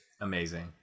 Amazing